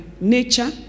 nature